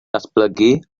datblygu